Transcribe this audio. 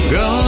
go